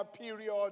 period